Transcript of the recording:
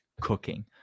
cooking